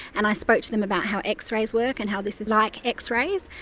and i spoke to them about how x-rays work and how this is like x-rays,